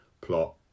plot